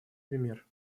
пример